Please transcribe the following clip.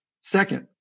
Second